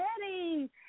ready